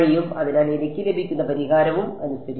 അതിനാൽ എനിക്ക് ലഭിക്കുന്ന പരിഹാരവും അനുസരിക്കുന്നു